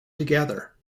together